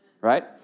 Right